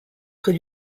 près